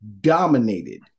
dominated